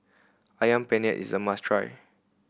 Ayam Penyet is a must try